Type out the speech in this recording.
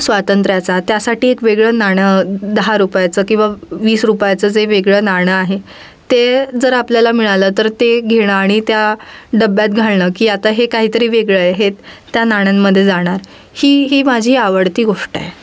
स्वातंत्र्याचा त्यासाठी एक वेगळं नाणं दहा रुपयाचं किंवा वीस रुपयाचं जे वेगळं नाणं आहे ते जर आपल्याला मिळालं तर ते घेणं आणि त्या डब्यात घालणं की आता हे काहीतरी वेगळे आहे हे त्या नाण्यांमध्ये जाणार ही ही माझी आवडती गोष्ट आहे